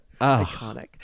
Iconic